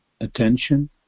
attention